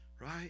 right